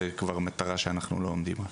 זו כבר מטרה שאנחנו לא עומדים בה.